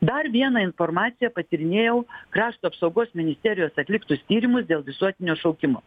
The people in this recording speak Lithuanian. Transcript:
dar vieną informaciją patyrinėjau krašto apsaugos ministerijos atliktus tyrimus dėl visuotinio šaukimo